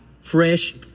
fresh